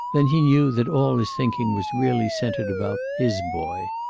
then he knew that all his thinking was really centered about his boy.